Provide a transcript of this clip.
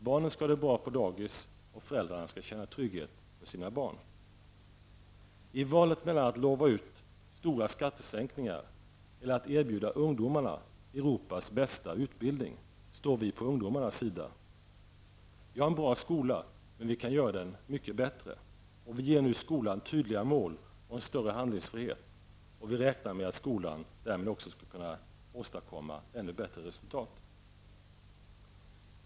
Barnen skall ha det bra på dagis, och föräldrarna skall känna trygghet för sina barn. I valet mellan att utlova stora skattesänkningar eller att erbjuda ungdomarna Europas bästa utbildning står vi på ungdomarnas sida. Vi har en bra skola, men vi kan göra den mycket bättre. Regeringen ger nu skolan tydliga mål och en större handlingsfrihet, och vi räknar med att skolan därmed också skall kunna åstadkomma ännu bättre resultat.